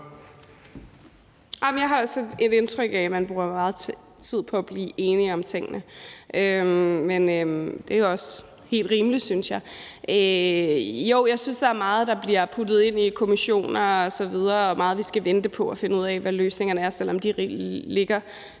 Jeg har også et indtryk af, at man bruger meget tid på at blive enige om tingene, men det er jo også helt rimeligt, synes jeg. Jo, jeg synes, at der er meget, der bliver puttet ind i kommissioner osv. Der er meget, vi skal vente på og finde ud af hvad løsningerne er på, selv om de ligger